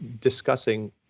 discussing